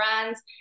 friends